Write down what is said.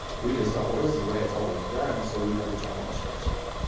we just thought, well, this is the way it's always done, so we never challenged ourselves.